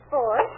Four